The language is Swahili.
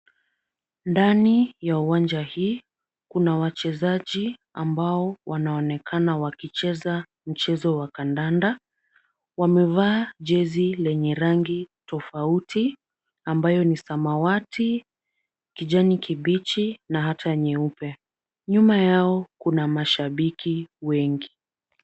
Ndani ya uwanja hii, kuna wachezaji ambao wanaonekana wakicheza mchezo wa kandanda. Wamevaa jezi lenye rangi tofauti ambayo ni samawati, kijani kibichi na hata nyeupe . Nyuma yao kuna mashabiki wengi.